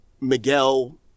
miguel